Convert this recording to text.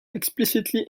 explicitly